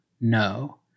No